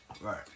right